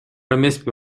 эмеспи